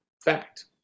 fact